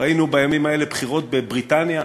ראינו בימים האלה בחירות בבריטניה.